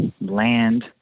land